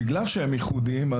בגלל שהם ייחודיים,